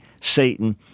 Satan